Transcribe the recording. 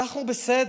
אנחנו בסדר,